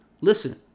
listen